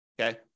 Okay